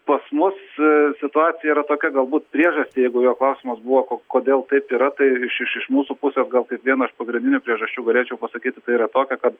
pas mus situacija yra tokia galbūt priežastį jeigu jo klausimas buvo ko kodėl taip yra tai iš iš iš mūsų pusės gal kaip vieną iš pagrindinių priežasčių galėčiau pasakyti tai yra tokia kad